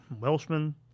Welshman